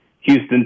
Houston